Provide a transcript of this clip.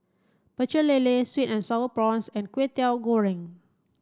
Pecel Lele sweet and sour prawns and Kwetiau Goreng